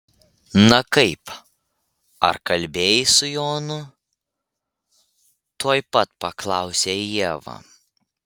na kaip ar kalbėjai su jonu tuoj pat paklausė ieva